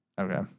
Okay